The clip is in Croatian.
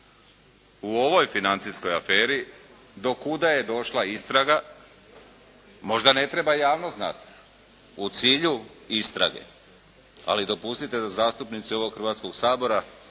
u ovoj financijskoj aferi, do kuda je došla istraga. Možda ne treba javnost znati u cilju istrage, ali dopustite da zastupnici ovog Hrvatskog sabora